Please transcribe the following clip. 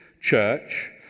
church